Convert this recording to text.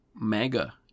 mega